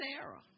Sarah